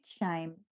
shame